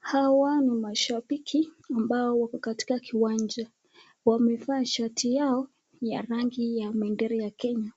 Hawa ni mashabiki ambao wako katika kiwanja, wamevaa shati yao ya rangi ya bendera ya Kenya